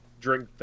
drink